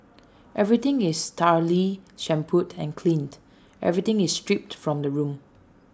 everything is thoroughly shampooed and cleaned everything is stripped from the room